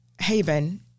Haven